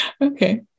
Okay